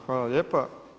Hvala lijepa.